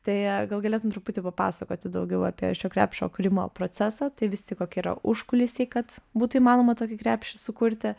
tai gal galėtum truputį papasakoti daugiau apie šio krepšio kūrimo procesą tai vis tik kokie yra užkulisiai kad būtų įmanoma tokį krepšį sukurti